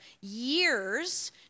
years